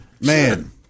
man